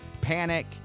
Panic